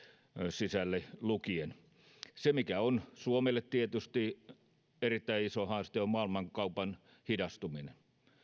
sisälle lukien se mikä on suomelle tietysti erittäin iso haaste on maailmankaupan hidastuminen